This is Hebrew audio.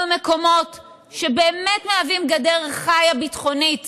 מקומות שבאמת מהווים גדר חיה ביטחונית